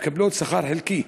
והן מקבלות שכר חלקי.